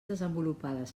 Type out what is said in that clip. desenvolupades